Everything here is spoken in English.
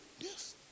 Yes